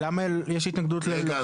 למה יש התנגדות --- רגע,